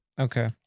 Okay